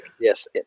yes